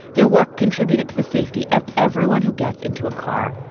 their work contributed to the safety of everyone who gets into a car.